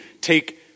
take